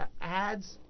ads